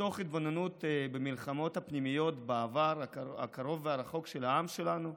מתוך התבוננות במלחמות הפנימיות בעבר הקרוב והרחוק של העם שלנו,